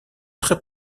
très